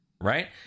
right